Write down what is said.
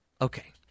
Okay